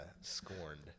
scorned